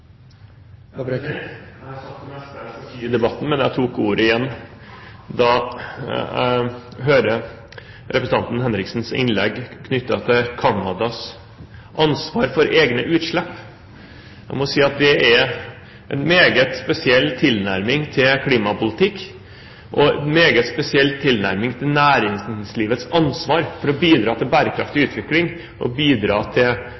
Jeg har sagt det meste jeg skal si i debatten, men jeg tok ordet igjen da jeg hørte representanten Henriksens innlegg knyttet til Canadas ansvar for egne utslipp. Jeg må si at det er en meget spesiell tilnærming til klimapolitikk og meget spesiell tilnærming til næringslivets ansvar for å bidra til bærekraftig utvikling og bidra til